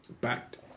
Backed